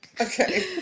Okay